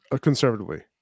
conservatively